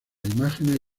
imágenes